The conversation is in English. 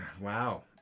Wow